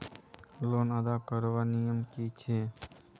Loan अदा करवार नियम की छे?